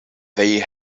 they